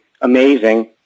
amazing